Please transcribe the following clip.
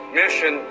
mission